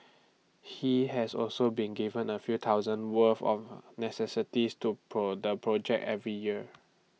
he has also been giving A few thousand worth of necessities to the project every year